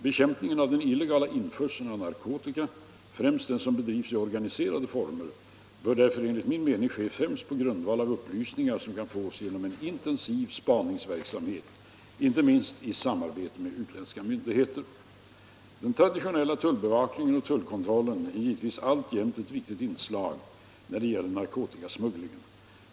Bekämpningen av den illegala införseln av narkotika, främst den som bedrivs i organiserade former, bör därför enligt min mening ske främst på grundval av upplysningar som kan fås genom en intensiv spaningsverksamhet, inte minst i samarbete med utländska myndigheter. Den traditionella tullbevakningen och tullkontrollen är givetvis alltjämt ett viktigt inslag när det gäller narkotikasmugglingen.